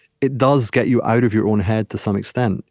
it does get you out of your own head, to some extent.